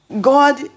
God